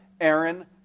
Aaron